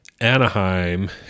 Anaheim